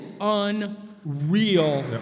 unreal